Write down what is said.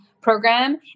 program